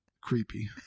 Creepy